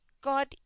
god